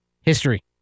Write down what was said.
history